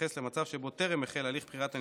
בהתייחס למצב שבו טרם החל הליך בחירת הנציגים,